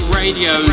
radio